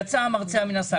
יצא המרצע מן השק.